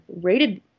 rated